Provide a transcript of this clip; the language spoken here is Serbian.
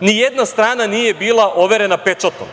Ni jedna strana nije bila overena pečatom.